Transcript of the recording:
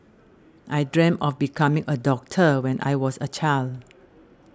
I dreamt of becoming a doctor when I was a child